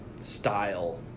style